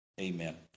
Amen